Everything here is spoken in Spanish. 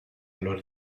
los